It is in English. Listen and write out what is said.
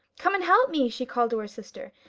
come and help me she called to her sister,